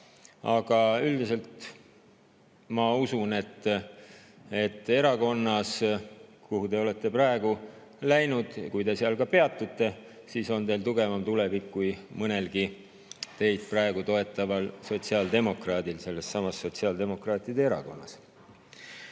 Aga üldiselt ma usun, et erakonnas, kuhu te nüüd olete läinud, on teil siis, kui te seal ka peatute, tugevam tulevik kui mõnelgi teid praegu toetaval sotsiaaldemokraadil sellessamas sotsiaaldemokraatide erakonnas.